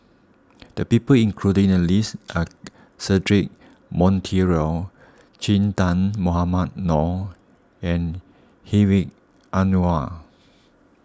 the people included in the list are Cedric Monteiro Che Dah Mohamed Noor and Hedwig Anuar